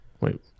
Wait